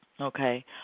Okay